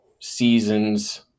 seasons